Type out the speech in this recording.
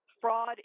fraud